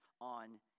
on